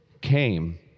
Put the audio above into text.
came